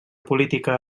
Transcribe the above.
política